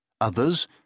Others